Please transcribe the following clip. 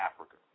Africa